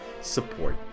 support